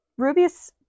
rubius